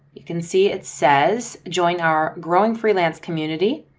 you can see it says join our growing freelance community.